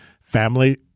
family